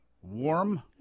Warm